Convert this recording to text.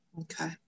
Okay